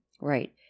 Right